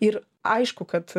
ir aišku kad